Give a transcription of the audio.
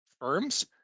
firms